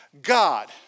God